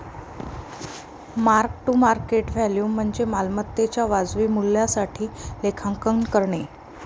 mark to market value म्हणजे मालमत्तेच्या वाजवी मूल्यासाठी लेखांकन करणे